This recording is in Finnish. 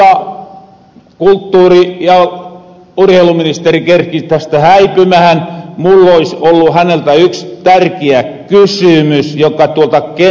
mutta kulttuuri ja urheiluministeri kerkis tästä häipymähän mulla olis ollu hänelle yks tärkiä kysymys joka tuolta kentältä on tullu